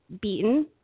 beaten